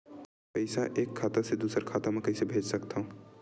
पईसा एक खाता से दुसर खाता मा कइसे कैसे भेज सकथव?